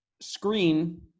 screen